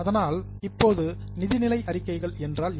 அதனால் இப்போது நிதிநிலை அறிக்கைகள் என்றால் என்ன